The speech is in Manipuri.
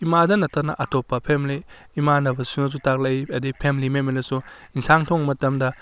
ꯏꯃꯥꯗ ꯅꯠꯇꯅ ꯑꯇꯣꯞꯄ ꯐꯦꯃꯤꯂꯤ ꯏꯃꯥꯟꯅꯕꯅꯁꯨ ꯇꯥꯛꯂꯛꯏ ꯑꯗꯩ ꯐꯦꯃꯤꯂꯤ ꯃꯦꯝꯕꯔꯅꯁꯨ ꯏꯟꯁꯥꯡ ꯊꯣꯡ ꯃꯇꯝꯗ